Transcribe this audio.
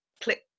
click